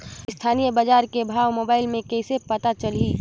स्थानीय बजार के भाव मोबाइल मे कइसे पता चलही?